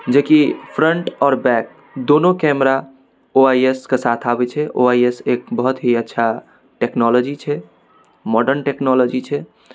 जेकि फ्रन्ट आओर बैक दुनू कैमरा ओ आइ एस के साथ आबै छै ओ आइ एस एक बहुत ही अच्छा टेक्नोलॉजी छै मॉडर्न टेक्नोलॉजी छै